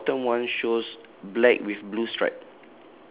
and the bottom one shows black with blue strap